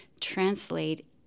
translate